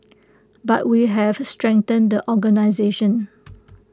but we have strengthened the organisation